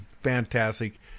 fantastic